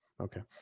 Okay